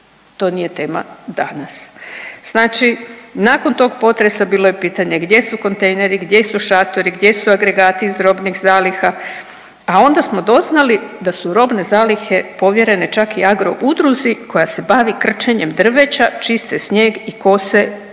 To nije tema danas. Znači nakon tog potresa bilo je pitanje gdje su kontejneri, gdje su šatori, gdje su agregati iz robnih zaliha, a onda smo doznali da su robne zalihe povjerene čak i agroudruzi koja se bavi krčenjem drveća, čiste snijeg i kose travu